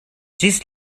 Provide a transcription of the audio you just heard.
ĝis